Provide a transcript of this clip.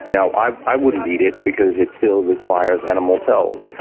you know i i wouldn't eat it because it still requires animal cells,